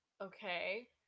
okay